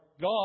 God